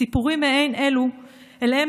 סיפורים מעין אלה,